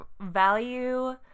value